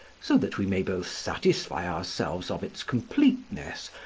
so that we may both satisfy ourselves of its completeness,